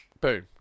boom